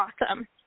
awesome